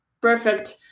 perfect